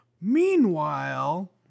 Meanwhile